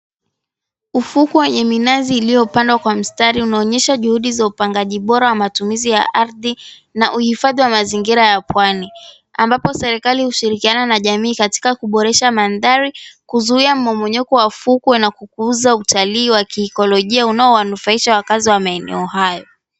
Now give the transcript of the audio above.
Ufukwe wenye minazi iliyopandwa kwa mstari, unaonyesha juhudi za upangaji bora wa matumizi ya ardhi na uhifadhi wa mazingira ya pwani. Ambapo serikali ℎushirikiana na jamii katika kuboresha mandhari, kuzuia mmomonyoko wa fukwe, na kukuuza utalii wa kiikolojia unaowanufaisha wakazi wa maeneo hayo.